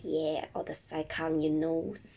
!yay! all the sai kang you knows